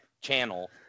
channel